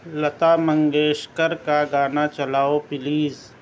لتا منگیشکر کا گانا چلاؤ پلیز